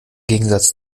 gegensatz